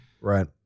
Right